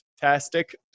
fantastic